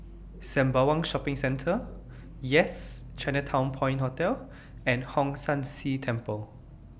Sembawang Shopping Centre Yes Chinatown Point Hotel and Hong San See Temple